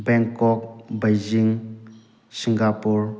Bangkok Beijing Singapore